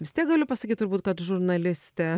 vis tiek galiu pasakyt turbūt kad žurnalistė